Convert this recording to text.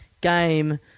game